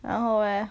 然后 eh